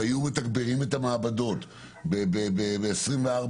והיו מתגברים את המעבדות בפעילות 24